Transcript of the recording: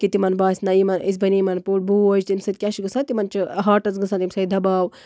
کہِ تِمن باسہِ نہ یِمن أسۍ بَنے یِمن پٮ۪ٹھ بوج تَمہِ سۭتۍ کیاہ چھُ گژھان تِمن چھُ ہاٹَس گژھان اَمہِ سۭتۍ دَباو